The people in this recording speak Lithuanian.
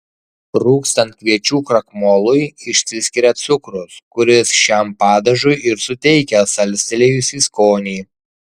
rūgstant kviečių krakmolui išsiskiria cukrus kuris šiam padažui ir suteikia salstelėjusį skonį